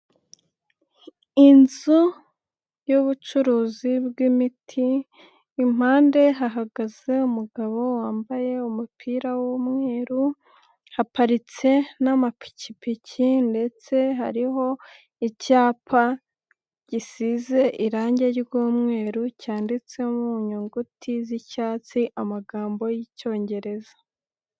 Inzu y'ubucuruzi bw'imiti. Impande hahagaze umugabo wambaye umupira w'umweru. Haparitse n'amapikipiki ndetse hariho icyapa gisize irangi ry'umweru cyanditse mu nyuguti z'icyatsi amagambo y'icyongereza.